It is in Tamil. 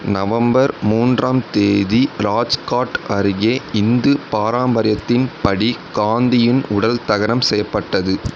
நவம்பர் மூன்றாம் தேதி ராஜ் காட் அருகே இந்து பாரம்பரியத்தின்படி காந்தியின் உடல் தகனம் செய்யப்பட்டது